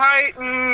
Titan